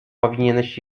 powinieneś